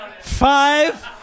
Five